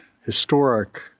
historic